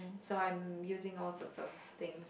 so I'm using all sorts of things